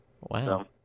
wow